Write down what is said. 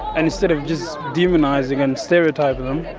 and instead of just demonising and stereotyping them,